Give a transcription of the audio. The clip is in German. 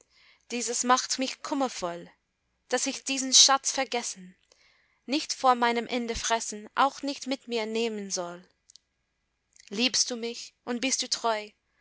dieses macht mich kummervoll daß ich diesen schatz vergessen nicht vor meinem ende fressen auch nicht mit mir nehmen soll liebst du mich und bist du treu